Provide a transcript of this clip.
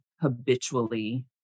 habitually